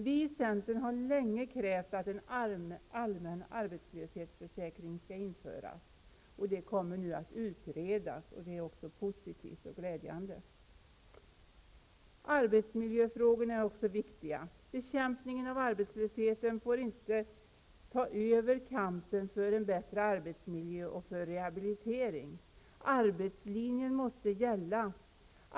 Vi i centern har länge krävt att en allmän arbetslöshetsförsäkring skall införas. Detta kommer nu att utredas. Det är också positivt och glädjande. Arbetsmiljöfrågorna är också viktiga. Bekämpningen av arbetslösheten får inte ta över kampen för en bättre arbetsmiljö och för rehabilitering. Arbetslinjen måste gälla.